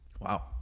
Wow